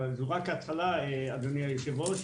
זו רק ההתחלה, אדוני היושב-ראש.